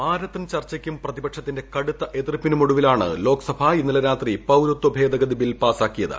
marathon ചർച്ചയ്ക്കും പ്രതിപക്ഷത്തിന്റെ കടുത്ത എതിർപ്പിനും ഒടുവിലാണ് ലോക്സഭ ഇന്നലെ രാത്രി പൌരത്വ ഭേദഗതി ബിൽ പാസ്സാക്കിയത്